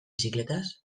bizikletaz